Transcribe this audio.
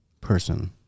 person